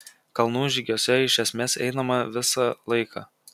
kalnų žygiuose iš esmės einama visą laiką